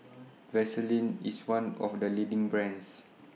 Vaselin IS one of The leading brands